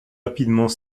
rapidement